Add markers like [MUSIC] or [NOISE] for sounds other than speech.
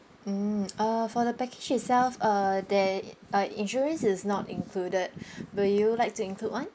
mm [NOISE] uh for the package itself uh there uh insurance is not included will you like to include one